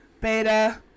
beta